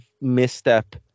misstep